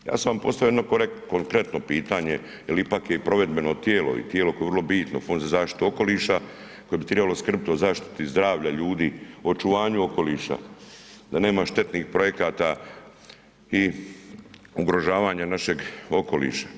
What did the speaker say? Ja sam vam postavio jedno konkretno pitanje jer ipak je provedbeno tijelo i tijelo koje je vrlo bitno, Fond za zaštitu okoliša, koje bi trebalo skrbiti o zaštiti zdravlja ljudi, očuvanju okoliša, da nema štetnih projekata i ugrožavanja našeg okoliša.